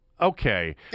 Okay